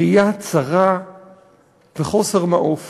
ראייה צרה וחוסר מעוף